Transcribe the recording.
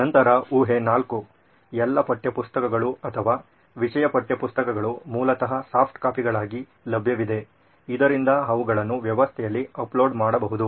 ನಂತರ ಊಹೆ ನಾಲ್ಕು ಎಲ್ಲಾ ಪಠ್ಯಪುಸ್ತಕಗಳು ಅಥವಾ ವಿಷಯ ಪಠ್ಯಪುಸ್ತಕಗಳು ಮೂಲತಃ ಸಾಫ್ಟ್ ಕಾಪಿಗಳಾಗಿ ಲಭ್ಯವಿದೆ ಇದರಿಂದ ಅವುಗಳನ್ನು ವ್ಯವಸ್ಥೆಯಲ್ಲಿ ಅಪ್ಲೋಡ್ ಮಾಡಬಹುದು